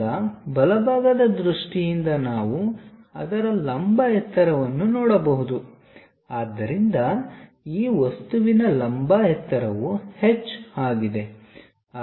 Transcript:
ಈಗ ಬಲಭಾಗದ ದೃಷ್ಟಿಯಿಂದ ನಾವು ಅದರ ಲಂಬ ಎತ್ತರವನ್ನು ನೋಡಬಹುದು ಆದ್ದರಿಂದ ಈ ವಸ್ತುವಿನ ಲಂಬ ಎತ್ತರವು H ಆಗಿದೆ